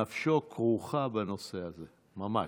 נפשו כרוכה בנושא הזה, ממש.